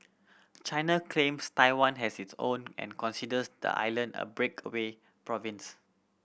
China claims Taiwan as its own and considers the island a breakaway province